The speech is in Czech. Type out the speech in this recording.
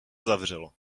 zavřelo